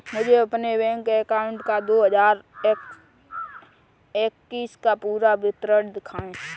मुझे अपने bank account का दो हज़ार इक्कीस का पूरा विवरण दिखाएँ?